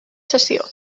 sessió